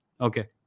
Okay